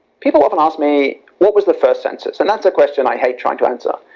people often ask me what was the first census and that's a question i hate trying to answer.